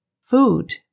Food